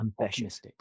ambitious